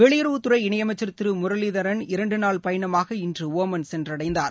வெளியுறவுத்துறை இணையமைச்சர் திரு முரளிதரன் இரண்டு நாள் பயனமாக இன்று ஒமன் சென்றடைந்தர்